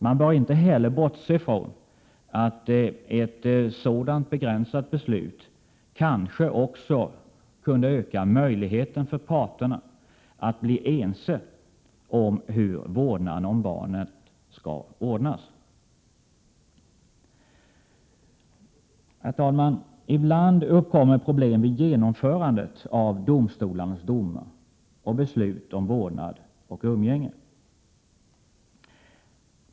Man bör inte heller bortse från att ett sådant begränsat beslut kanske också kunde öka möjligheten för parterna att bli ense om hur vårdnaden om barnet skall ordnas. Herr talman! Ibland uppkommer problem vid genomförandet av domstolarnas domar och beslut om vårdnad och umgänge.